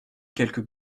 quelques